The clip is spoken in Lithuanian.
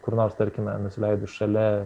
kur nors tarkime nusileidus šalia